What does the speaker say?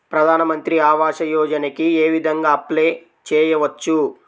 ప్రధాన మంత్రి ఆవాసయోజనకి ఏ విధంగా అప్లే చెయ్యవచ్చు?